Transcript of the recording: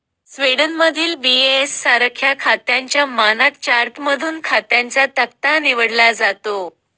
स्वीडनमधील बी.ए.एस सारख्या खात्यांच्या मानक चार्टमधून खात्यांचा तक्ता निवडला जातो